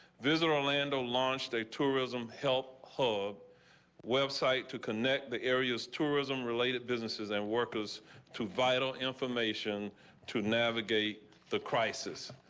visit orlando launched a tourism help whoa website to connect the area's tourism related businesses and workers to vital information to navigate the crisis.